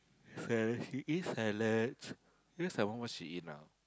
salad he eats salads what she eat now